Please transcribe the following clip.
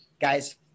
guys